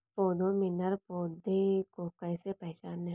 पौधों में नर पौधे को कैसे पहचानें?